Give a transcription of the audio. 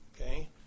okay